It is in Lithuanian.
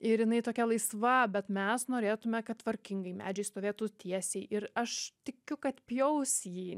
ir jinai tokia laisva bet mes norėtume kad tvarkingai medžiai stovėtų tiesiai ir aš tikiu kad pjaus jį